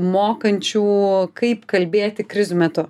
mokančių kaip kalbėti krizių metu